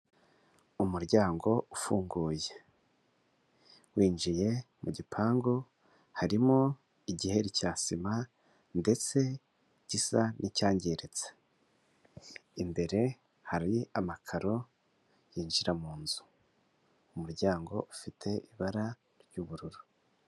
Umuryango ufunguye winjiye mu gipangu harimo igiheri cya sima ndetse gisa n'icyangiritse imbere hari amakaro yinjira mu nzu umuryango ufite ibara ry'ubururu.